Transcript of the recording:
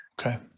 Okay